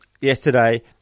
yesterday